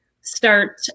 start